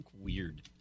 weird